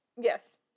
Yes